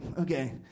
okay